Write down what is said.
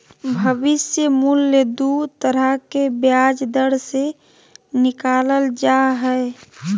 भविष्य मूल्य दू तरह के ब्याज दर से निकालल जा हय